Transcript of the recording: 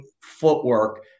footwork